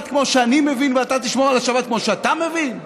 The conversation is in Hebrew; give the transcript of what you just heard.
כמו שאני מבין ואתה תשמור על השבת כמו שאתה מבין?